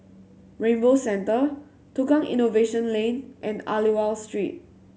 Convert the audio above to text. Rainbow Centre Tukang Innovation Lane and Aliwal Street